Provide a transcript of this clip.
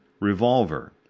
revolver